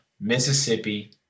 Mississippi